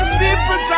people